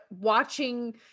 watching